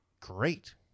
great